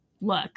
look